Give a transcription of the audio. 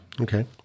Okay